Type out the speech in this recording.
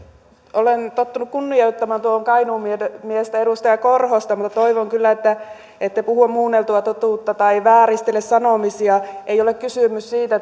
olen tottunut kunnioittamaan tuota kainuun miestä miestä edustaja korhosta mutta toivon kyllä että ette puhu muunneltua totuutta tai vääristele sanomisia ei ole kysymys siitä